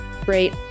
Great